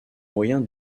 moyen